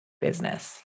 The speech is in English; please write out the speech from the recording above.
business